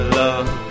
love